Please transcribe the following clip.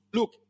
Look